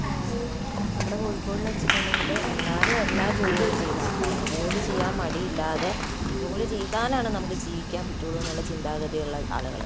നമ്മുടെ കോഴിക്കോടില് വെച്ചിട്ടുണ്ടെങ്കില് എല്ലാവരും എല്ലാ ജോലികളും ചെയ്യുന്ന ആൾക്കാരാണ് ജോലി ചെയ്യാൻ മടിയില്ലാതെ ജോലി ചെയ്താലാണ് നമുക്ക് ജീവിക്കാൻ പറ്റുകയുള്ളൂ എന്നുള്ള ചിന്താഗതിയുള്ള ആളുകള്